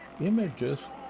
images